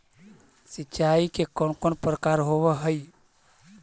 सिंचाई के कौन कौन प्रकार होव हइ?